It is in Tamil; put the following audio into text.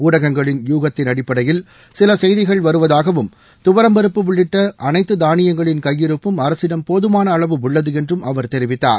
ஊடகங்களில் யூகத்தின் அடிப்படையில் சில செய்திகள் வருவதாகவும் துவரம்பருப்பு உள்ளிட்ட அனைத்த தானியங்களின் கையிருப்பும் அரசிடம் போதமான அளவு உள்ளது என்றும் அவர் தெரிவித்தார்